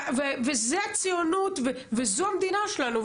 זו הציונות וזו המדינה שלנו,